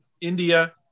India